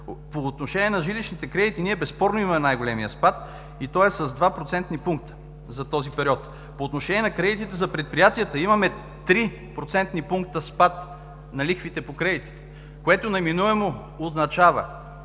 По отношение на жилищните кредити ние безспорно имаме най-големия спад и то е с 2 процентни пункта за този период. По отношение на кредитите за предприятията имаме 3 процентни пункта спад на лихвите по кредитите, което неминуемо означава